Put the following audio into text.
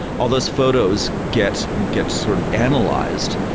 all those photos get get sort of analyzed.